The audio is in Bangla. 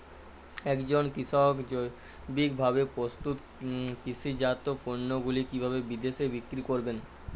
একজন কৃষক জৈবিকভাবে প্রস্তুত কৃষিজাত পণ্যগুলি কিভাবে বিদেশে বিক্রি করবেন?